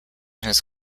his